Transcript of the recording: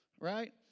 Right